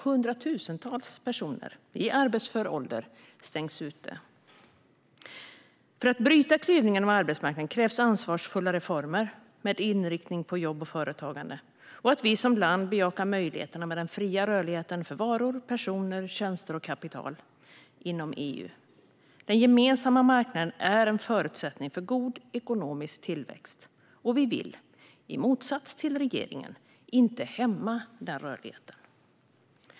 Hundratusentals personer i arbetsför ålder stängs ute. För att bryta klyvningen av arbetsmarknaden krävs ansvarsfulla reformer med inriktning på jobb och företagande och att vi som land bejakar möjligheterna med den fria rörligheten för varor, personer, tjänster och kapital inom EU. Den gemensamma marknaden är en förutsättning för god ekonomisk tillväxt, och vi vill, i motsats till regeringen, inte hämma den rörligheten.